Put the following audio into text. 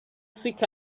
seek